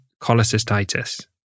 cholecystitis